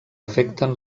afecten